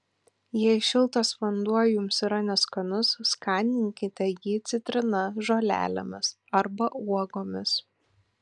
jei šiltas vanduo jums yra neskanus skaninkite jį citrina žolelėmis arba uogomis